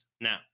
Now